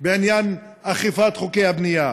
בעניין אכיפת חוקי הבנייה.